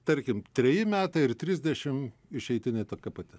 tarkim treji metai ar trisdešim išeitinė tokia pati